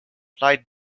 lied